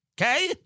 Okay